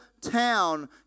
town